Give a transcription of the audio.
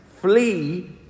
flee